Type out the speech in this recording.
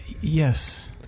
Yes